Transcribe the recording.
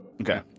Okay